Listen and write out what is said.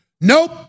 Nope